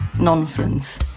nonsense